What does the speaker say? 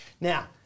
Now